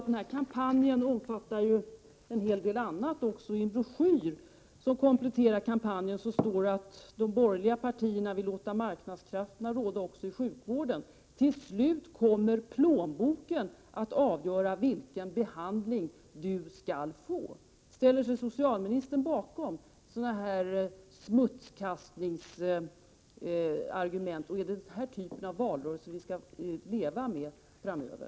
Den här kampanjen omfattar en hel del annat också. I en broschyr som kompletterar kampanjen står det att de borgerliga partierna vill låta marknadskrafterna råda också inom sjukvården — till slut kommer plånboken att avgöra vilken behandling man skall få. Ställer sig socialministern bakom sådana här smutskastningar? Är det den här typen av valrörelse vi skall leva med framöver?